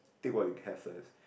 take what you have first